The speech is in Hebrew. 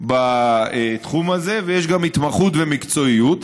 בתחום הזה, ויש גם התמחות ומקצועיות.